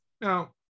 Now